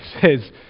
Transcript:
says